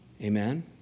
Amen